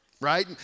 right